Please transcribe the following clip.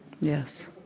Yes